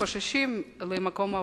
וחוששים למקום עבודתם?